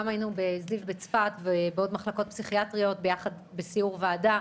היינו גם בזיו בצפת ובעוד מחלקות פסיכיאטריות ביחד בסיור ועדה.